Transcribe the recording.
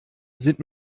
sind